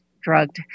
drugged